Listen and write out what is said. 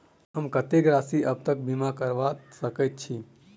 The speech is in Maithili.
हम कत्तेक राशि तकक बीमा करबा सकै छी?